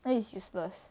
then is useless